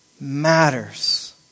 matters